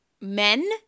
men